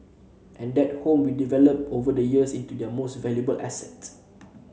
and that home we developed over the years into their most valuable asset